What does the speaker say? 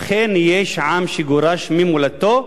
אכן, יש עם שגורש ממולדתו,